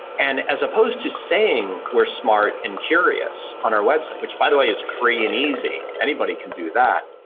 and as opposed to saying we're smart and curious on our website which by the way is free and easy, anybody can do that,